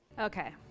Okay